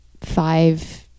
five